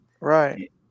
Right